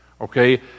Okay